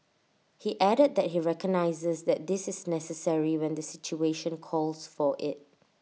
he added that he recognises that this is necessary when the situation calls for IT